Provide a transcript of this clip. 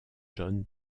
john